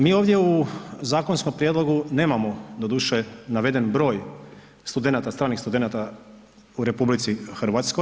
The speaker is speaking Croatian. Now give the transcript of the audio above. Mi u ovom zakonskom prijedlogu nemamo doduše naveden broj studenata, stranih studenata u RH.